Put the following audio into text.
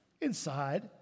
Inside